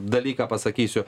dalyką pasakysiu